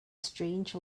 strange